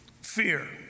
fear